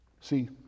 See